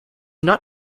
not